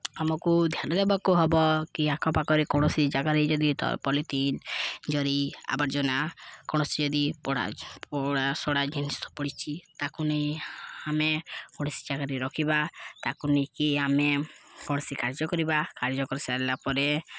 ଆମକୁ ଧ୍ୟାନ ଦେବାକୁ ହବ କି ଆଖ ପାଖରେ କୌଣସି ଜାଗାରେ ଯଦି ପଲିଥନ୍ ଜରି ଆବର୍ଜନା କୌଣସି ଯଦି ପୋଡ଼ା ପୋଡ଼ାସଢ଼ା ଜିନିଷ ପଡ଼ିଛି ତାକୁ ନେଇ ଆମେ କୌଣସି ଜାଗାରେ ରଖିବା ତାକୁ ନେଇକି ଆମେ କୌଣସି କାର୍ଯ୍ୟ କରିବା କାର୍ଯ୍ୟ କରିସାରିଲା ପରେ